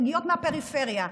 מגיעות מהפריפריה.